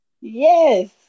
yes